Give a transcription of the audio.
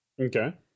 Okay